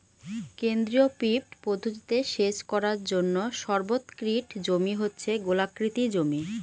কেন্দ্রীয় পিভট পদ্ধতিতে সেচ করার জন্য সর্বোৎকৃষ্ট জমি হচ্ছে গোলাকৃতি জমি